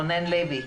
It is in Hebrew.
רונן לוי.